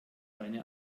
deine